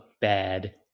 bad